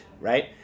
right